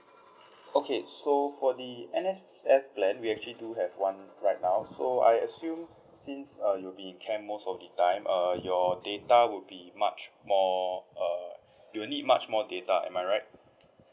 okay so for the N_S_F plan we actually do have one right now so I assume since uh you'll be in camp most of the time err your data would be much more uh you need much more data am I right